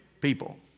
people